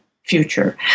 Future